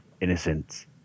innocents